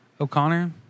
O'Connor